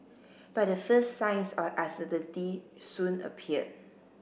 but the first signs of uncertainty soon appear